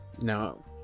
No